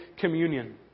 communion